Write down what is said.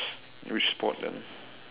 which sport then